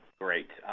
great.